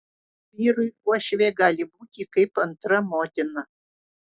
vyrui uošvė gali būti kaip antra motina